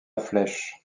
flèche